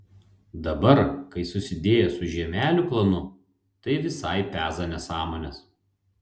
dabar kai susidėjo su žiemelių klanu tai visai peza nesąmones